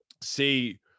see